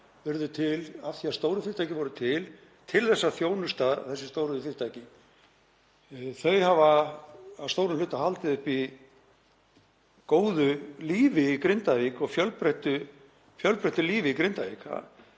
af því að stóru fyrirtækin voru til, til þess að þjónusta þessi stóru fyrirtæki, hafa að stórum hluta haldið uppi góðu lífi í Grindavík og fjölbreyttu lífi. Líf í Grindavík